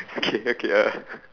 okay okay uh